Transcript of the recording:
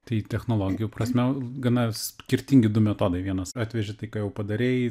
tai technologijų prasme gana skirtingi du metodai vienas atvežė tai ką jau padarei